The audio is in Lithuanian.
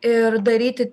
ir daryti